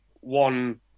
one